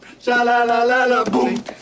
Sha-la-la-la-la-boom